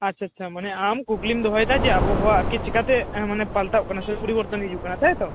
ᱟᱪᱪᱷᱟ ᱟᱪᱪᱷᱟ ᱟᱢ ᱠᱩᱠᱞᱤᱢ ᱫᱚᱦᱚᱭᱮᱫᱟ ᱡᱮ ᱟᱵᱚᱦᱟᱣᱟ ᱟᱨᱠᱤ ᱪᱤᱠᱟᱹᱛᱮ ᱢᱟᱱᱮ ᱯᱟᱞᱴᱟᱜ ᱠᱟᱱᱟ ᱥᱮ ᱯᱚᱨᱤᱵᱚᱨᱛᱚᱱ ᱦᱤᱡᱩᱜ ᱠᱟᱱᱟ ᱛᱟᱭᱛᱳ